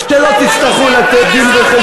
לא הקשבת עד